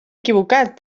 equivocat